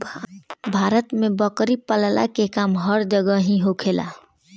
भारत में बकरी पलला के काम हर जगही होखेला